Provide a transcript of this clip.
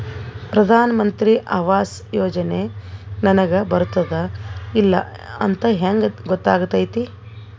ಪ್ರಧಾನ ಮಂತ್ರಿ ಆವಾಸ್ ಯೋಜನೆ ನನಗ ಬರುತ್ತದ ಇಲ್ಲ ಅಂತ ಹೆಂಗ್ ಗೊತ್ತಾಗತೈತಿ?